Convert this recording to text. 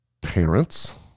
parents